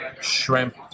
shrimp